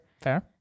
Fair